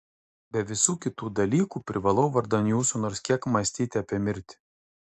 be visų kitų dalykų privalau vardan jūsų nors kiek mąstyti apie mirtį